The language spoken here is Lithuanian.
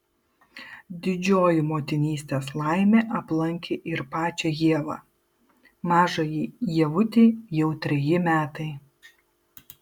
didžioji motinystės laimė aplankė ir pačią ievą mažajai ievutei jau treji metai